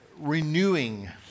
renewing